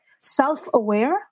self-aware